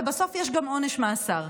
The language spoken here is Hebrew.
ובסוף יש גם עונש מאסר.